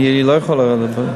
אני לא יכול לדבר.